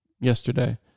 yesterday